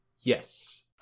yes